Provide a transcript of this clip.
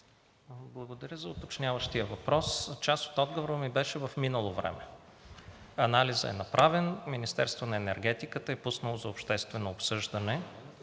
Благодаря за уточняващия въпрос. Част от отговора ми беше в минало време. Анализът е направен, Министерството на енергетиката е пуснало – пуснало!